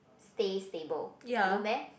stay stable no meh